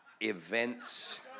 events